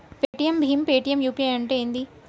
Paytm భీమ్ Paytm UPI అంటే ఏంది?